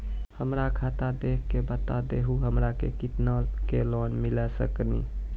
हमरा खाता देख के बता देहु हमरा के केतना के लोन मिल सकनी?